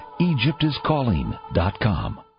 EgyptIsCalling.com